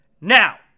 Now